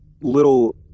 little